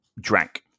drank